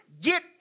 Get